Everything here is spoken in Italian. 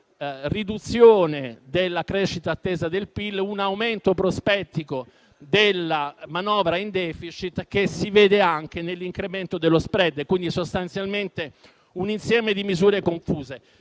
una riduzione della crescita attesa del PIL, un aumento prospettico della manovra in *deficit* che si vede anche nell'incremento dello *spread*, quindi sostanzialmente un insieme di misure confuse.